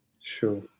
Sure